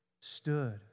stood